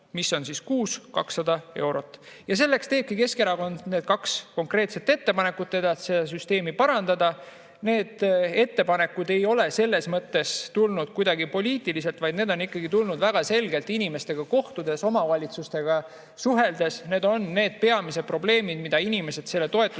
mis on 200 eurot. Selleks teebki Keskerakond need kaks konkreetset ettepanekut, et seda süsteemi parandada. Need ettepanekud ei ole tulnud kuidagi poliitiliselt, vaid need on tulnud väga selgelt inimestega kohtudes, omavalitsustega suheldes. Need on peamised probleemid, mida inimesed selle toetuse